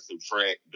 subtract